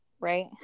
Right